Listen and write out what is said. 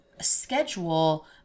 schedule